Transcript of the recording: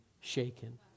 shaken